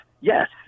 yes